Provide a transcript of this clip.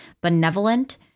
benevolent